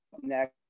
next